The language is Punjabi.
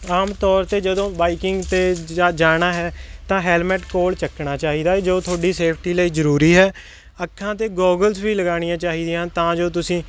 ਆਮ ਤੌਰ 'ਤੇ ਜਦੋਂ ਬਾਈਕਿੰਗ 'ਤੇ ਜਾ ਜਾਣਾ ਹੈ ਤਾਂ ਹੈਲਮੇਟ ਕੋਲ ਚੁੱਕਣਾ ਚਾਹੀਦਾ ਜੋ ਤੁਹਾਡੀ ਸੇਫਟੀ ਲਈ ਜ਼ਰੂਰੀ ਹੈ ਅੱਖਾਂ 'ਤੇ ਗੋਗਲਸ ਵੀ ਲਗਾਉਣੀਆਂ ਚਾਹੀਦੀਆਂ ਤਾਂ ਜੋ ਤੁਸੀਂ